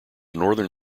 northern